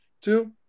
Two